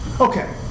Okay